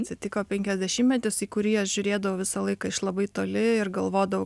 atsitiko penkiasdešimtmetis į kurį aš žiūrėdavo visą laiką iš labai toli ir galvodavau